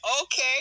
okay